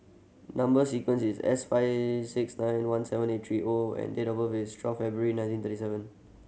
number sequence is S five six nine one seven eight three O and date of birth is twelve February nineteen thirty seven